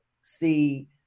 see